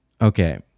okay